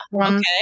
okay